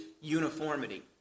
uniformity